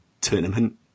tournament